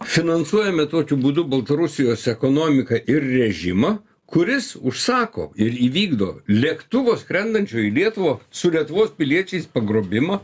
finansuojame tokiu būdu baltarusijos ekonomiką ir režimą kuris užsako ir įvykdo lėktuvo skrendančio į lietuvą su lietuvos piliečiais pagrobimą